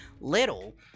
little